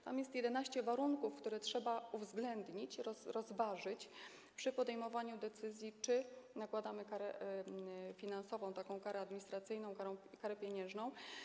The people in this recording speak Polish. Tam jest 11 warunków, które trzeba uwzględnić, rozważyć przy podejmowaniu decyzji, czy nakładamy karę finansową, karę administracyjną, karę pieniężną.